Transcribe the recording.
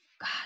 God